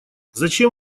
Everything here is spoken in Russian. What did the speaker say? зачем